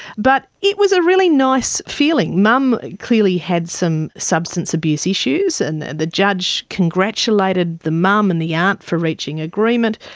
but it was a really nice feeling. mum clearly had some substance abuse issues and the the judge congratulated the mum and the aunt for reaching agreement.